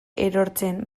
erortzen